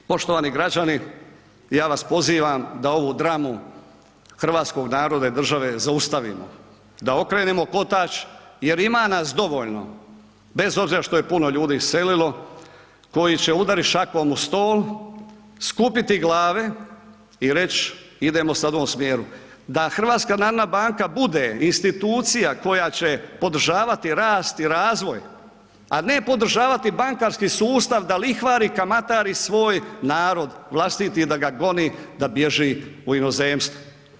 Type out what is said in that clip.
Poštovani građani, ja vas pozivam da ovu dramu hrvatskog naroda i države zaustavimo, da okrenemo kotač jer ima nas dovoljno bez obzira što je puno ljudi iselilo, koji će udarit šakom u stol, skupiti glave i reć idemo sad u ovom smjeru, da HNB bude institucija koja će podržavati rast i razvoj, a ne podržavati bankarski sustav da lihvari i kamatari svoj narod, vlastiti da ga goni da bježi u inozemstvo.